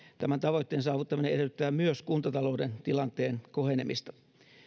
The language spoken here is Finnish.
tämän tavoitteen saavuttaminen edellyttää myös kuntatalouden tilanteen kohenemista